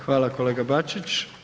Hvala kolega Bačić.